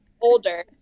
older